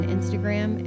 Instagram